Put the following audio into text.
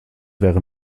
wäre